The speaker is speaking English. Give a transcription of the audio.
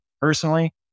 personally